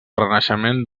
renaixement